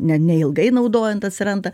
ne neilgai naudojant atsiranda